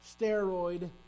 steroid